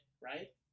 right